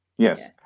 Yes